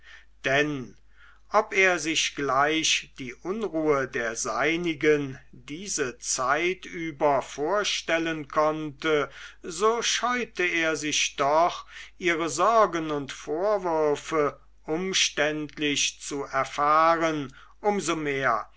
denn ob er sich gleich die unruhe der seinigen diese zeit über vorstellen konnte so scheute er sich doch ihre sorgen und vorwürfe umständlich zu erfahren um so mehr